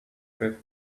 trip